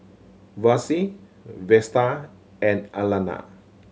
Versie Vester and Alayna